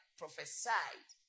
prophesied